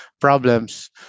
problems